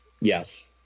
Yes